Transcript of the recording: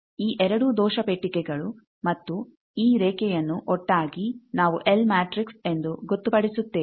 ಈ ಎರಡೂ ದೋಷ ಪೆಟ್ಟಿಗೆಗಳು ಮತ್ತು ಈ ರೇಖೆಯನ್ನು ಒಟ್ಟಾಗಿ ನಾವು ಎಲ್ ಮ್ಯಾಟ್ರಿಕ್ಸ್ ಎಂದು ಗೊತ್ತುಪಡಿಸುತ್ತೇವೆ